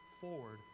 forward